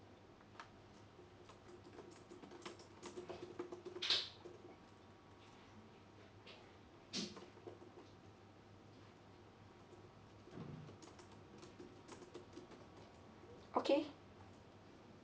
okay